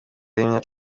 y’imyaka